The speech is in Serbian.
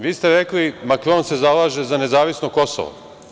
Vi ste rekli - Makron se zalaže za nezavisno Kosovo.